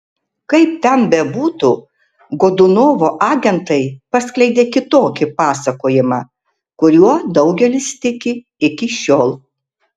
kaip ten bebūtų godunovo agentai paskleidė kitokį pasakojimą kuriuo daugelis tiki iki šiol